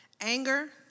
anger